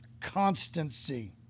constancy